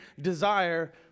desire